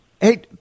Hey